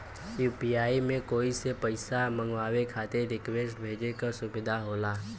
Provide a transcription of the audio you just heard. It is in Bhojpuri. यू.पी.आई में कोई से पइसा मंगवाये खातिर रिक्वेस्ट भेजे क सुविधा होला